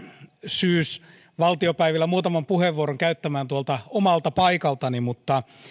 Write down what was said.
syysvaltiopäivillä muutaman puheenvuoron käyttämään tuolta omalta paikaltani mutta